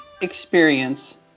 experience